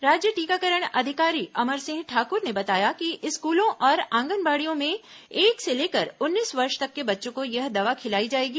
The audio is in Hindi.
राज्य टीकाकरण अधिकारी अमर सिंह ठाकुर ने बताया कि स्कूलों और आंगनबाड़ियों में एक से लेकर उन्नीस वर्ष तक के बच्चों को यह दवा खिलाई जाएगी